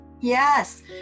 Yes